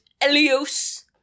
Elios